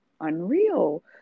unreal